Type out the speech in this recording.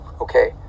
Okay